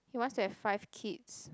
he wants to have five kids